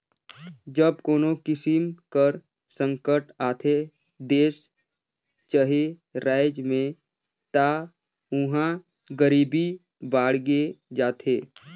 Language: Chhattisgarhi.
जब कोनो किसिम कर संकट आथे देस चहे राएज में ता उहां गरीबी बाड़गे जाथे